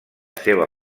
seva